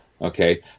okay